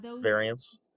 variants